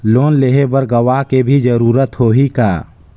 Loan लेहे बर गवाह के भी जरूरत होही का?